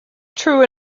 true